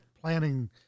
planning